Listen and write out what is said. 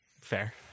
Fair